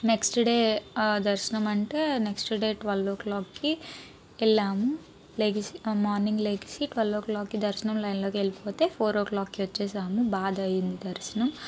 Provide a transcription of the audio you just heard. next day దర్శనమంటే next day twelve ఓ క్లాక్కి వెళ్ళాం లేచి మార్నింగ్ లేచి టువెల్వ్ ఓ క్లాక్కి దర్శనం లైన్లోకి వెళ్ళిపోతే ఫోర్ ఓ క్లాక్కి వచ్చేసాం బాగయింది దర్శనం